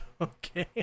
Okay